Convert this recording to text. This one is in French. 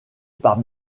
par